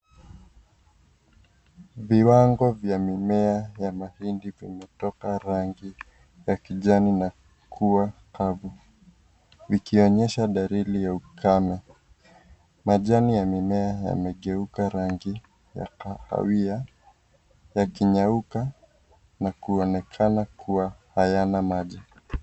Viwango vya mimea ya mahindi imetoka rangi ya kijani na kuwa kavu vikionyesha dalili ya ukame, majani ya mimea yamegeuka rangi ya kahawia yakinyauka na kuonekana kuwa hayana maji.